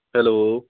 hello